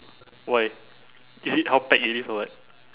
why is it how packed it is or what